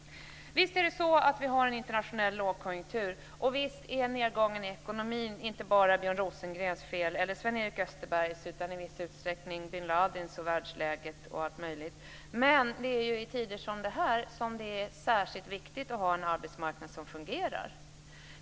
Visst har vi en internationell lågkonjunktur, och visst är nedgången i ekonomin inte bara Björn Rosengrens eller Sven-Erik Österbergs fel utan i viss utsträckning bin Ladins och världslägets osv. Men det är ju i tider som dessa som det är särskilt viktigt att ha en arbetsmarknad som fungerar.